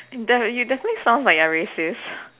that you definitely sounds like you're racist